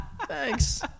Thanks